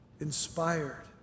inspired